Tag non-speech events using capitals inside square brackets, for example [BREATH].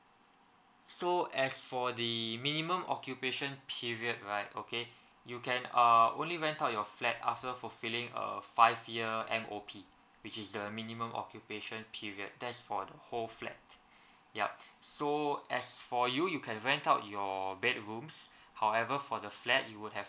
so as for the minimum occupation period right okay you can uh only rent out your flat after fulfilling a five year M O P which is the minimum occupation period that's for the whole flat [BREATH] yup so as for you you can rent out your bedrooms however for the flat you would have